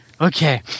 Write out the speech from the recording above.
Okay